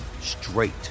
straight